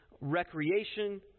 recreation